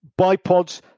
bipods